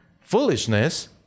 foolishness